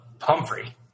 Humphrey